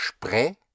SPRE